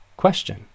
question